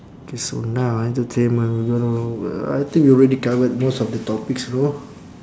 K so now ah entertainment we gonna I think we already covered most of the topics know